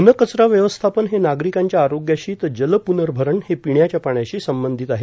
घनकचरा व्यवस्थापन हे नागरिकांच्या आरोग्याशी तर जलप्नर्भरण हे पिण्याच्या पाण्याशी संबंधित आहे